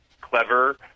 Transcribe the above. clever